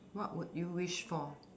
what would you wish for